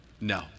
No